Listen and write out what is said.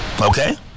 Okay